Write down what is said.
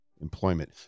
employment